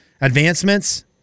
advancements